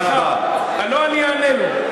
סליחה, לא, אני אענה לו.